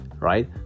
right